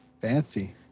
fancy